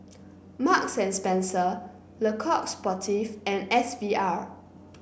Marks and Spencer Le Coq Sportif and S V R